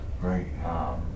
Right